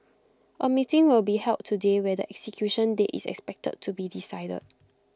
A meeting will be held today where their execution date is expected to be decided